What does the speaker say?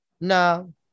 No